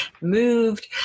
moved